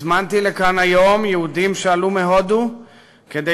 הזמנתי לכאן היום יהודים שעלו מהודו כדי